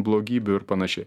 blogybių ir panašiai